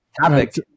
topic